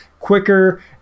quicker